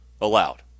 allowed